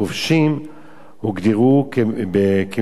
הוגדרו כ"ממשלת הכובשים".